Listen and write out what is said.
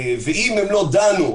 ואם הם לא דנו,